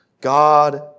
God